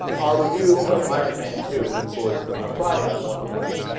our review of iron man two of course on friday on what the flight ah.